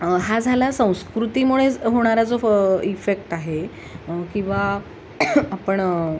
हा झाला संस्कृतीमुळेच होणारा जो फ इफेक्ट आहे किंवा आपण